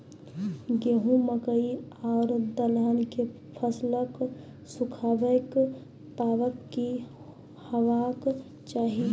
गेहूँ, मकई आर दलहन के फसलक सुखाबैक मापक की हेवाक चाही?